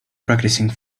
practicing